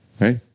right